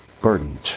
burdened